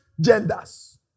genders